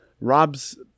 Rob's